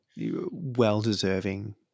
well-deserving